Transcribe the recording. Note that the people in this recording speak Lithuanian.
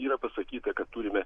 yra pasakyta kad turime